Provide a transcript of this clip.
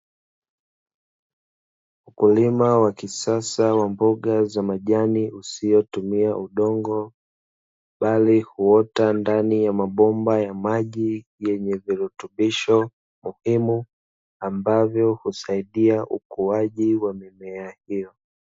Ukulima wa kisasa wa mboga za majani usiotumia udongo, bali huota ndani ya mabomba ya maji yenye virutubisho muhimu, ambavyo husaidia ukuaji wa mimea hiyo.